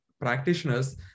practitioners